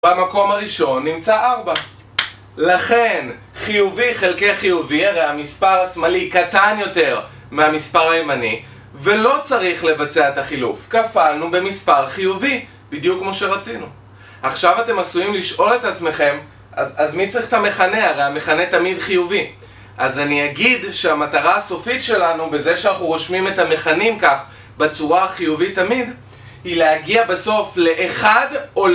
במקום הראשון נמצא ארבע לכן חיובי חלקי חיובי הרי המספר השמאלי קטן יותר מהמספר הימני ולא צריך לבצע את החילוף כפלנו במספר חיובי בדיוק כמו שרצינו עכשיו אתם עשויים לשאול את עצמכם אז מי צריך את המכנה הרי המכנה תמיד חיובי אז אני אגיד שהמטרה הסופית שלנו בזה שאנחנו רושמים את המכנים כך בצורה החיובית תמיד היא להגיע בסוף לאחד או ל..